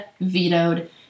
vetoed